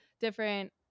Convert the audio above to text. different